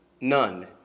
none